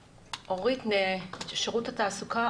מוטי אלישע משירות התעסוקה.